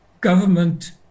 government